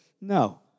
No